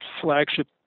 flagship